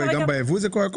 גם בייבוא זה קורה.